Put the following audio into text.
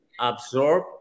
absorb